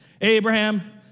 Abraham